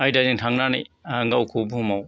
आयदाजों थांनानै गावखौ बुहुमाव